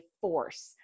force